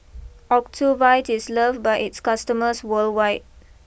Ocuvite is loved by its customers worldwide